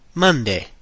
Monday